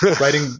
Writing